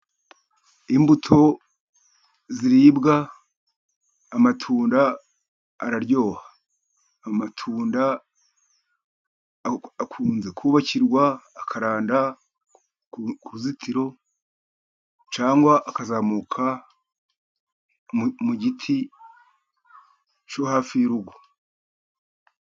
Imbuto ziribwa, amatunda araryoha. Amatunda akunze kubakirwa, akaranda ku ruzitiro cyangwa akazamuka mu giti cyo hafi y'urugo.